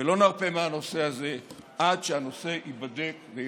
ולא נרפה מהנושא הזה עד שהנושא ייבדק וייחקר.